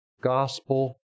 gospel